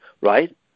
right